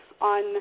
on